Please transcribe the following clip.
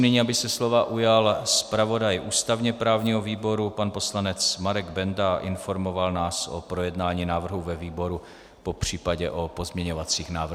nyní, aby se slova ujal zpravodaj ústavněprávního výboru pan poslanec Marek Benda a informoval nás o projednání návrhu ve výboru, popř. o pozměňovacích návrzích.